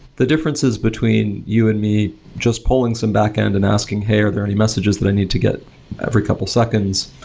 the difference is between you and me just pulling some backend and asking, hey, are there any messages that i need to get every couple of seconds?